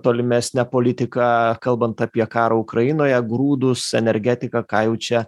tolimesnę politiką kalbant apie karą ukrainoje grūdus energetiką ką jau čia